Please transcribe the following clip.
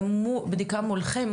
ומול בדיקה מולכם,